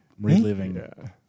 reliving